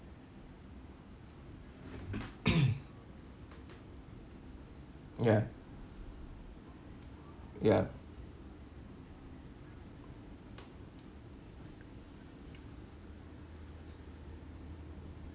ya ya